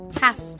half